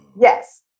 yes